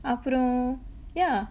அப்பறம்:apparam yeah